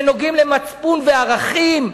שנוגעים למצפון וערכים,